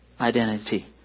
Identity